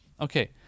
Okay